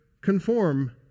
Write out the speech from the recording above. conform